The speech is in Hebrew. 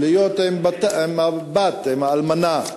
להיות עם הבת, עם האלמנה הטרייה,